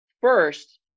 first